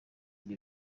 ivyo